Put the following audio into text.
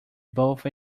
both